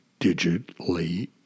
digitally